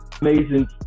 amazing